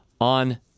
on